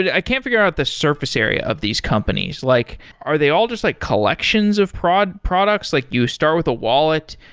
i can't figure out the surface area of these companies. like are they all just like collections of products? like you start with a wallet?